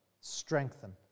strengthen